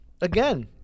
again